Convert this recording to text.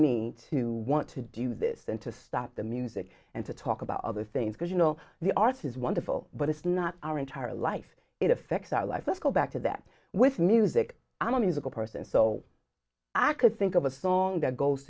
me to want to do this and to stop the music and to talk about other things because you know the art is wonderful but it's not our entire life it affects our lives let's go back to that with music on a musical person so i could think of a song that goes